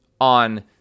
on